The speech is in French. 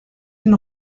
une